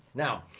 now,